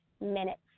minutes